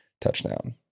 touchdown